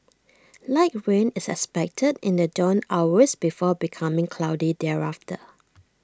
light rain is expected in the dawn hours before becoming cloudy thereafter